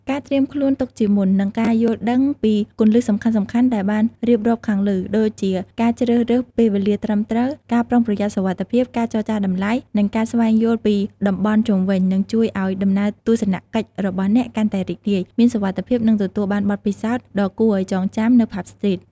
ការត្រៀមខ្លួនទុកជាមុន និង ការយល់ដឹងពីគន្លឹះសំខាន់ៗ ដែលបានរៀបរាប់ខាងលើ ដូចជាការជ្រើសរើសពេលវេលាត្រឹមត្រូវ ការប្រុងប្រយ័ត្នសុវត្ថិភាព ការចរចាតម្លៃ និងការស្វែងយល់ពីតំបន់ជុំវិញ នឹងជួយឲ្យ ដំណើរទស្សនកិច្ចរបស់អ្នកកាន់តែរីករាយ មានសុវត្ថិភាព និងទទួលបានបទពិសោធន៍ដ៏គួរឲ្យចងចាំ នៅ ផាប់ ស្ទ្រីត ។